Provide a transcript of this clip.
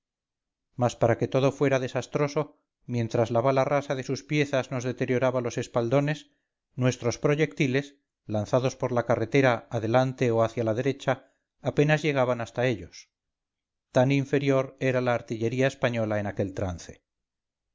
mas para que todo fuera desastroso mientras la bala rasa de sus piezas nos deterioraba los espaldones nuestros proyectiles lanzados por la carretera adelante o hacia la derecha apenas llegaban hasta ellos tan inferior era la artillería española en aquel trance